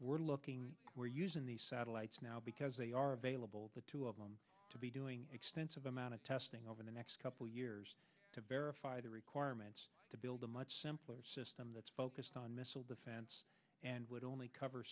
we're looking we're using these satellites now because they are available the two of them to be doing extensive amount of testing over the next couple years to verify the requirements to build a much simpler system that's focused on missile defense and would only cover